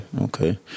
okay